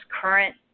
current